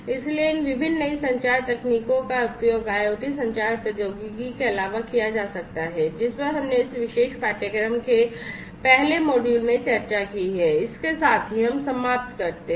इसलिए इन विभिन्न नई संचार तकनीकों का उपयोग IoT संचार प्रौद्योगिकी के अलावा किया जा सकता है जिस पर हमने इस विशेष पाठ्यक्रम के पहले मॉड्यूल में चर्चा की है इसके साथ ही हम समाप्त करते हैं